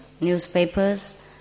newspapers